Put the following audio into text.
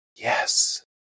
Yes